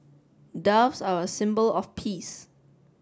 doves are a symbol of peace